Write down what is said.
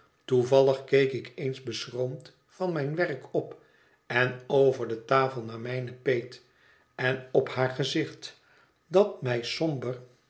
toevallig keek ik eens beschroomd van mijn werk op en over de tafel naar mijne peet en op haar gezicht dat mij somber